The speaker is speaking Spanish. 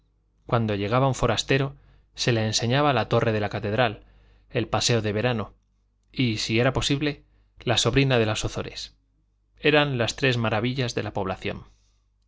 cuando llegaba un forastero se le enseñaba la torre de la catedral el paseo de verano y si era posible la sobrina de las de ozores eran las tres maravillas de la población